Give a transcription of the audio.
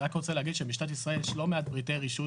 אני רק רוצה להגיד שבמשטרת ישראל יש לא מעט פריטי רישוי